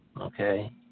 Okay